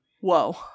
Whoa